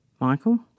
Michael